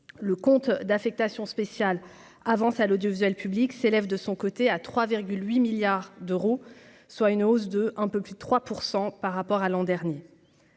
Le compte d'affectation spéciale avances à l'audiovisuel public s'élève de son côté à 3 8 milliards d'euros, soit une hausse de un peu plus de 3 % par rapport à l'an dernier.